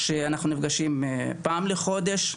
שאנחנו נפגשים פעם בחודש.